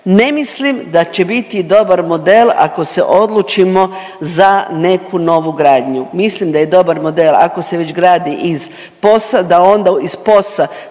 Ne mislim da će biti dobar model ako se odlučimo za neku novu gradnju, mislim da je dobar model ako se već gradi iz POS-a da onda, iz POS-a